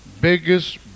Biggest